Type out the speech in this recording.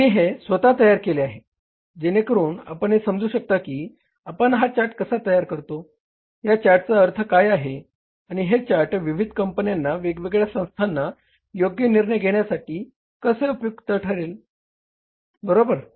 मी हे स्वतः तयार केले आहे जेणेकरुन आपण हे समजू शकता की आपण हा चार्ट कसा तयार करतो या चार्टचा अर्थ काय आहे आणि हे चार्ट विविध कंपन्याना वेगवेगळ्या संस्थाना योग्य निर्णय घेण्यासाठी कसे उपयुक्त ठरेल बरोबर